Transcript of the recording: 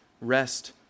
rest